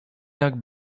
jak